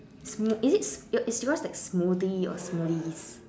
smoo~ is it is yours like smoothie or smoothies